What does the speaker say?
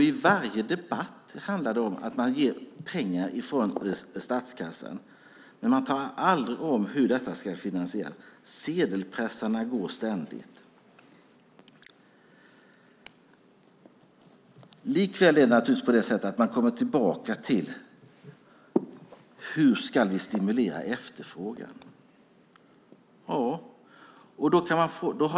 I varje debatt handlar det om att ge pengar från statskassan, men ni talar aldrig om hur detta ska finansieras. Sedelpressarna går ständigt. Likväl kommer ni tillbaka till hur vi ska stimulera efterfrågan.